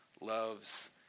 loves